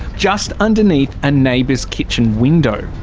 just underneath a neighbour's kitchen window.